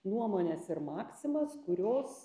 nuomones ir maksimas kurios